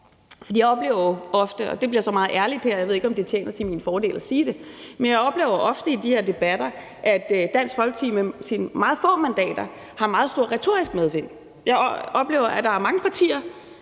her debatter – og det bliver meget ærligt her; jeg ved ikke, om det tjener til min fordel at sige det – at Dansk Folkeparti med sine meget få mandater har meget stor retorisk medvind. Jeg oplever, at der er mange partier,